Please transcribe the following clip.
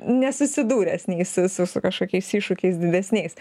nesusidūręs nei su su su kažkokiais iššūkiais didesniais